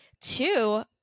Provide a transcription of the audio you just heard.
Two